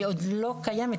היא עוד לא קיימת,